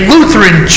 Lutheran